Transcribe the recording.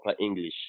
English